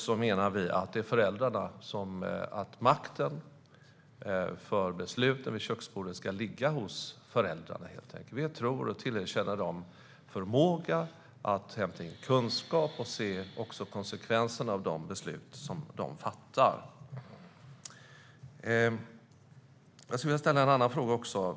Vi menar helt enkelt att makten för beslut vid köksbordet ska ligga hos föräldrarna. Vi tror att de har förmåga att hämta in kunskap och också se konsekvenserna av de beslut som de fattar. Jag skulle vilja ställa en annan fråga också.